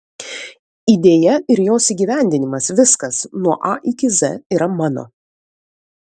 idėja ir jos įgyvendinimas viskas nuo a iki z yra mano